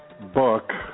book